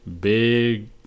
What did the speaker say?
Big